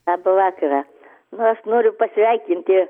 laba vakarą na aš noriu pasveikinti